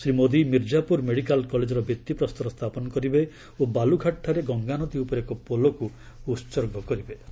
Shri Modi Mirzapur medical କଲେଜର ଭିଭି ପ୍ରସ୍ତର ସ୍ଥାପନ କରିବେ ଓ ବାଲୁଘାଟଠାରେ ଗଙ୍ଗାନଦୀ ଉପରେ ଏକ ପୋଲକୁ ଉତ୍ସର୍ଗ କରିବେ